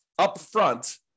upfront